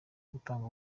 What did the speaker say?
gutanga